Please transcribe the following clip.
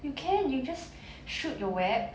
you can you just shoot your web